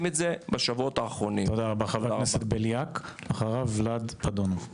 אתה כיושב-ראש ועדה מטפל גם בנושא התפוצות.